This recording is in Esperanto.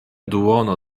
duono